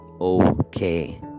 okay